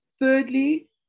Thirdly